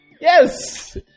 Yes